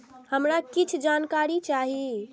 हमरा कीछ जानकारी चाही